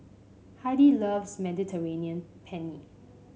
Heidi loves Mediterranean Penne